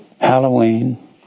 Halloween